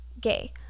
gay